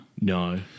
No